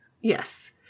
Yes